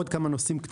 עוד כמה נושאים: